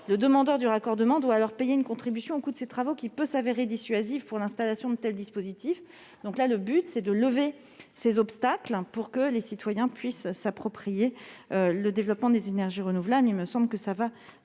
Le demandeur du raccordement doit alors payer une contribution au coût de ces travaux, qui peut s'avérer dissuasive pour l'installation des dispositifs. Cet amendement a donc pour objet de lever ces obstacles, pour que les citoyens puissent s'approprier le développement des énergies renouvelables. Cette mesure